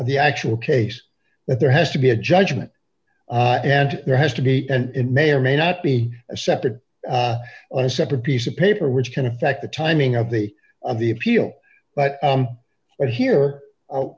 of the actual case that there has to be a judgment and there has to be and it may or may not be a separate on a separate piece of paper which can affect the timing of the of the appeal but what hear oh